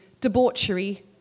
debauchery